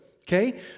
okay